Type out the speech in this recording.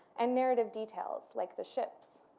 and narrative details like the ship's.